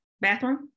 Bathroom